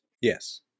Yes